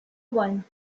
one